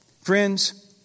Friends